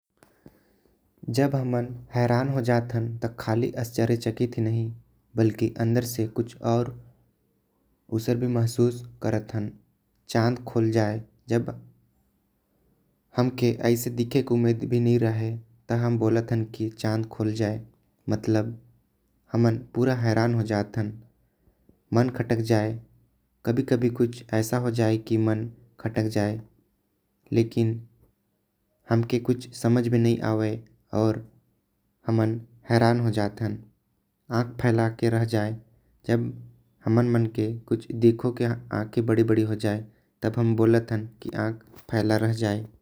जब हमन हैरान होजाथि तो आश्चर्यचकित होथि। जब हमन चांद दिख जा अउ दिख जाते तो हमन हैरान हो जाते। जब हमन ल कुछ ऐसा दिख जाथे जो हमन सोचे भी नही रहथि। तब हैरान हो जाथि हमर आँख बड़ा बड़ा भी हो जाथे।